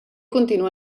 continua